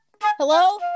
Hello